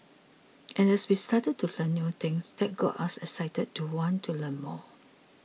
and as we started to learn new things that got us excited to want to learn more